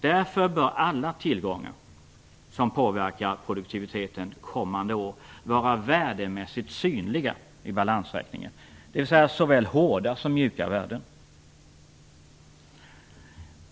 Därför bör alla tillgångar som påverkar produktiviteten kommande år vara värdemässigt synliga i balansräkningen, dvs. såväl hårda som mjuka värden.